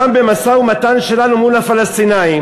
גם במשא-ומתן שלנו מול הפלסטינים,